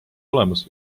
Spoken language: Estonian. olemas